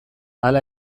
hala